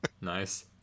Nice